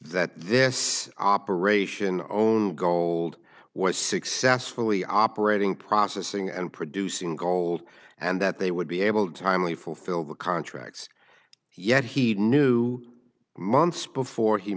that this operation own gold was successfully operating processing and producing gold and that they would be able to finally fulfill the contracts yet he knew months before he